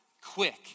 quick